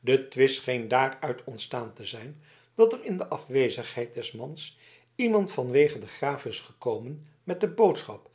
de twist scheen daaruit ontstaan te zijn dat er in de afwezigheid des mans iemand vanwege den graaf is gekomen met de boodschap